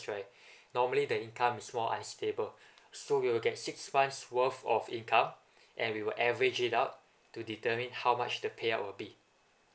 right normally the income is more unstable so we'll get six months worth of income and we will average it up to determine how much the payout will be